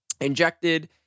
injected